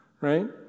right